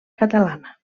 catalana